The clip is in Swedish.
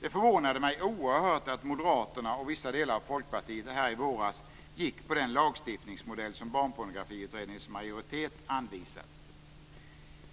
Det förvånade mig oerhört att Moderaterna och vissa delar av Folkpartiet här i våras gick in för den lagstiftningsmodell som Barnpornografiutredningens majoritet anvisat.